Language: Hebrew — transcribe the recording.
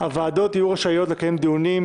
הוועדות יהיו רשאיות לקיים דיונים,